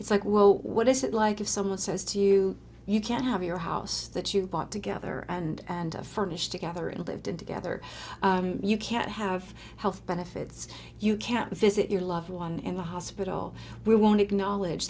it's like well what is it like if someone says to you you can have your house that you bought together and furnish together and lived in together you can't have health benefits you can't visit your loved one in the hospital we want to acknowledge